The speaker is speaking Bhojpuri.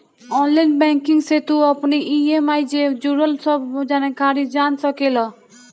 ऑनलाइन बैंकिंग से तू अपनी इ.एम.आई जे जुड़ल सब जानकारी जान सकेला